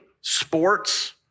sports